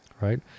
right